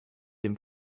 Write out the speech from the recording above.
dem